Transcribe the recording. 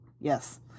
Yes